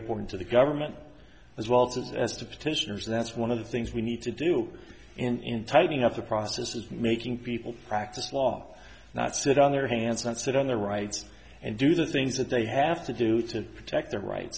important to the government as well to us as to petitioners that's one of the things we need to do in tightening up the process of making people practice law not sit on their hands not sit on their rights and do the things that they have to do to protect their rights